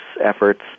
efforts